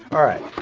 alright.